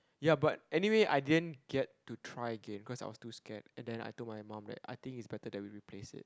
ya but anyway I didn't get to try again cause I was too scared and then I told my mom that I think is better that we replaced it